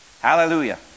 Hallelujah